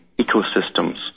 ecosystems